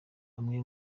umwe